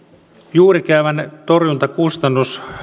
juurikäävän torjuntakustannus